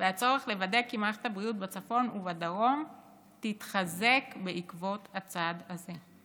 והצורך לוודא כי מערכת הבריאות בצפון ובדרום תתחזק בעקבות הצעד הזה.